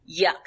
yuck